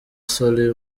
solly